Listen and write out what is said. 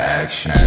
action